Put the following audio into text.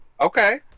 Okay